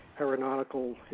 aeronautical